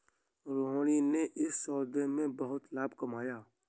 रोहिणी ने इस सौदे में बहुत लाभ कमाया